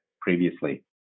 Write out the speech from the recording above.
previously